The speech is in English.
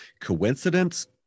Coincidence